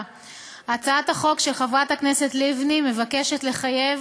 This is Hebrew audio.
הצעת החוק של חברת הכנסת לבני מבקשת לחייב